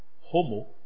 Homo